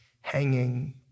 hanging